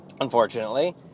unfortunately